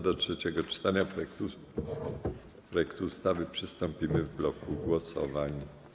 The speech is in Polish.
Do trzeciego czytania projektu ustawy przystąpimy w bloku głosowań.